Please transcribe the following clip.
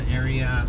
area